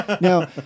Now